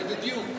זה בדיוק.